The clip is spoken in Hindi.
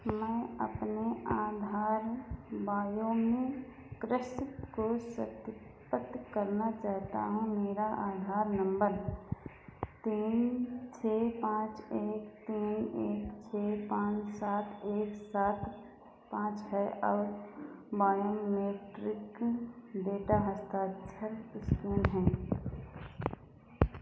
मैं अपने आधार को सत्यापित करना चाहता हूँ मेरा आधार नम्बर तीन छः पाँच एक तीन एक छः पाँच सात एक सात पाँच है और बायोमेट्रिक डेटा हस्ताक्षर स्कैन है